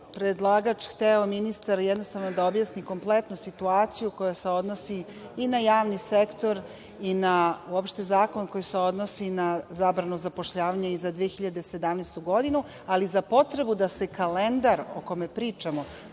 predlagač hteo ministru jednostavno da objasni kompletnu situaciju koja se odnosi i na javni sektor i na uopšte zakon koji se odnosi na zabranu zapošljavanja i za 2017. godinu, ali za potrebu da se kalendar, o kome pričamo,